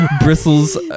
bristles